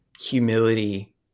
humility